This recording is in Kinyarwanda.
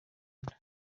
inda